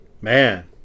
Man